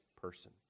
person